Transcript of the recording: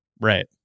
right